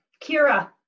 Kira